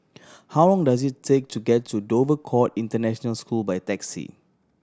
how long does it take to get to Dover Court International School by taxi